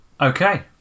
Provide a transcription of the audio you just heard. okay